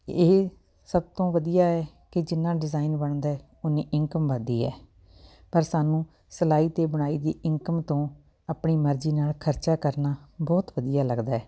ਇਹ ਸਭ ਤੋਂ ਵਧੀਆ ਹੈ ਕਿ ਜਿੰਨਾਂ ਡਿਜ਼ਾਇਨ ਬਣਦਾ ਹੈ ਉੱਨੀ ਇਨਕਮ ਵੱਧਦੀ ਹੈ ਪਰ ਸਾਨੂੰ ਸਿਲਾਈ ਅਤੇ ਬੁਣਾਈ ਦੀ ਇਨਕਮ ਤੋਂ ਆਪਣੀ ਮਰਜ਼ੀ ਨਾਲ ਖਰਚਾ ਕਰਨਾ ਬਹੁਤ ਵਧੀਆ ਲੱਗਦਾ ਹੈ